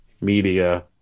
media